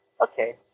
Okay